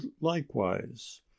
likewise